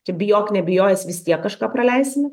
čia bijok nebijojęs vis tiek kažką praleisime